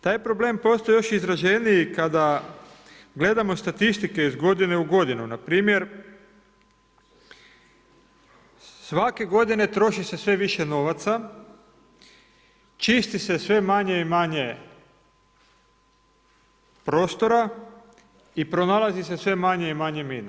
Taj problem postaje još izraženiji kada gledamo statistike iz godine u godinu, npr. svake godine troši se sve više novaca, čisti se sve manje i manje prostora i pronalazi se sve manje i manje mina.